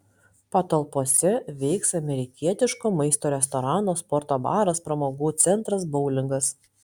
patalpose veiks amerikietiško maisto restoranas sporto baras pramogų centras boulingas